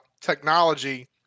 technology